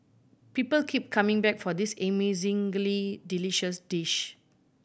people keep coming back for this amazingly delicious dish